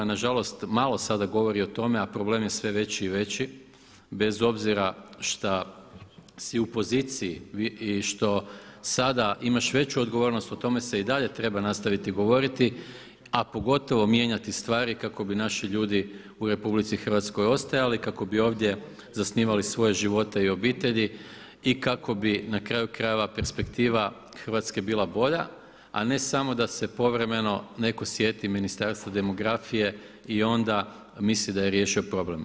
Nažalost malo sada govori o tome a problem je sve veći i veći bez obzira što si u poziciji i što sada imaš veću odgovornost, o tome se i dalje treba nastaviti govoriti a pogotovo mijenjati stvari kako bi naši ljudi u RH ostajali i kako bi ovdje zasnivali svoje živote i obitelji i kako bi na kraju krajeva perspektiva Hrvatske bila bolja a ne samo da se povremeno netko sjeti Ministarstvo demografije i onda misli da je riješio problem.